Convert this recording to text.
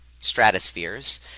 stratospheres